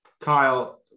Kyle